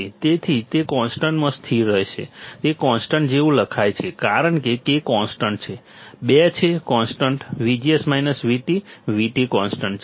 તેથી તે કોન્સ્ટન્ટમાં સ્થિર રહેશે તે કોન્સ્ટન્ટ જેવું લખાય છે કારણ કે K કોન્સ્ટન્ટ 2 છે constant VGS VT VT constant છે